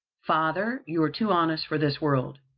father, you are too honest for this world!